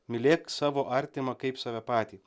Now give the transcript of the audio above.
mylėk savo artimą kaip save patį